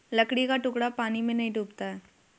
लकड़ी का टुकड़ा पानी में नहीं डूबता है